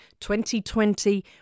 2020